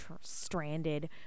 stranded